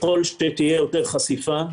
ככל שתהיה יותר חשיפה,